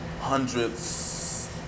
hundreds